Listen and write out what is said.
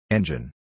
Engine